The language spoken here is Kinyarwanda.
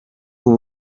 com